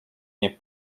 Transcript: nie